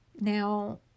now